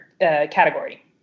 category